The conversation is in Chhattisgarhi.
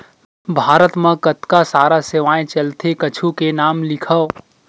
भारत मा कतका सारा सेवाएं चलथे कुछु के नाम लिखव?